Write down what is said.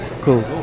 Cool